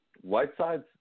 Whiteside's